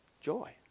Joy